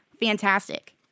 fantastic